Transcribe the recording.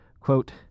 Quote